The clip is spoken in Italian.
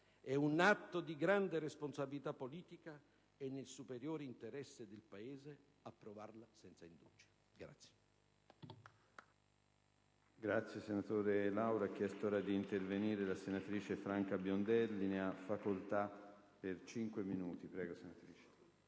è un atto di grande responsabilità politica e nel superiore interesse del Paese approvarla senza indugi. Chiedo